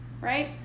right